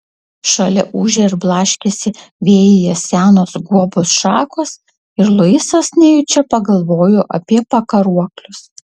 šalia ūžė ir blaškėsi vėjyje senos guobos šakos ir luisas nejučia pagalvojo apie pakaruoklius